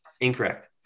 incorrect